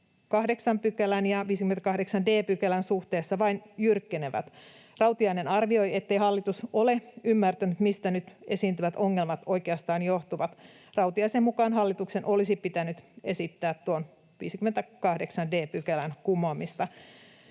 ja 58 d §:n suhteessa vain jyrkkenevät.” Rautiainen arvioi, ettei hallitus ole ymmärtänyt, mistä nyt esiintyvät ongelmat oikeastaan johtuvat. Rautiaisen mukaan hallituksen olisi pitänyt esittää tuon 58 d §:n kumoamista.